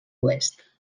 oest